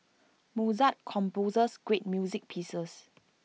Mozart composed great music pieces